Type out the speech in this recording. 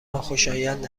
ناخوشایند